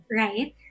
right